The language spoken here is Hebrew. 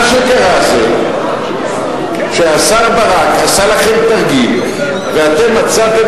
מה שקרה זה שהשר ברק עשה לכם תרגיל ואתם מצאתם